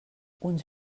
uns